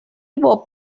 boop